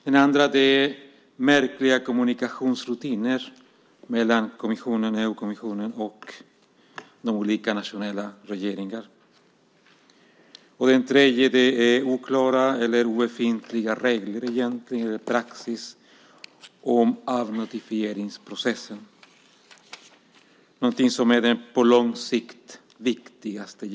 Det andra är märkliga kommunikationsrutiner mellan EU-kommissionen och de olika nationella regeringarna. Det tredje är att praxis för avnotifieringsprocessen är oklar eller obefintlig, någonting som egentligen är det på lång sikt viktigaste.